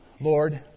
Lord